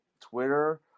Twitter